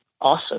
awesome